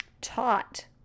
taught